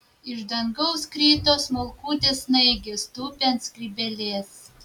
iš dangaus krito smulkutės snaigės tūpė ant skrybėlės